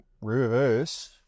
reverse